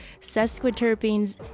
sesquiterpenes